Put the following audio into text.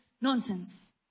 Nonsense